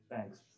thanks